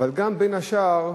אבל גם, בין השאר,